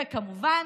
וכמובן